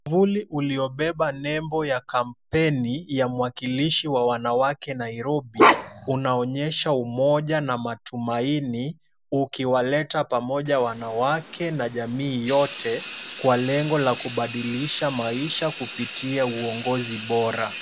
Mwavuli uliobeba nembo ya kampeni ya mwakilishi wa wanawake Nairobi, unaonyesha umoja na matumaini, ukiwaleta pamoja wanawake na jamii yote, kwa lengo la kubadilisha maisha kupitia uongozi bora.